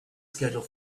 schedule